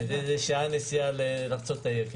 כן, לוקח שעה של נסיעה לחצות את העיר.